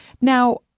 Now